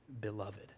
beloved